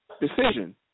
decision